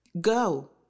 Go